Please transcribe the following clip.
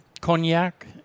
cognac